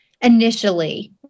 initially